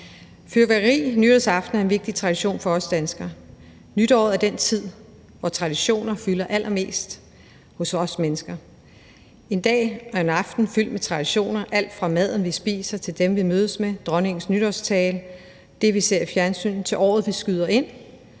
Fyrværkeri nytårsaften er en vigtig tradition for os danskere. Nytåret er den tid, hvor traditioner fylder allermest hos os mennesker – en dag og en aften fyldt med traditioner, der handler om alt lige fra maden, vi spiser, til dem, vi mødes med, dronningens nytårstale, det, vi ser i fjernsynet, året, vi skyder ind,